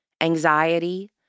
anxiety